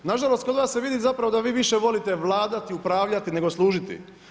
Nažalost kod vas se vidi zapravo da vi više volite vladati, upravljati nego služiti.